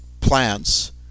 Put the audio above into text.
plants